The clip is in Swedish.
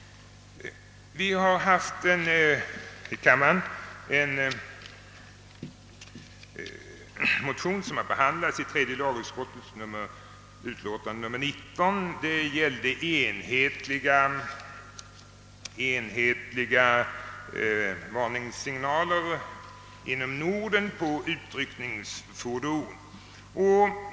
Vi har här i kammaren haft en motion, som har behandlats i tredje lagutskottets utlåtande nr 19. Det gällde enhetliga varningssignaler inom Norden på utryckningsfordon.